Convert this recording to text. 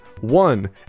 One